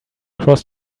cross